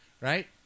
right